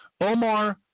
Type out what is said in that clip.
Omar